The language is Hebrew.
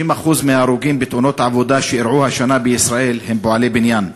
60% מההרוגים בתאונות העבודה שאירעו השנה בישראל הם פועלי בניין.